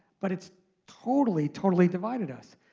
but it's totally, totally divided us.